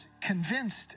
convinced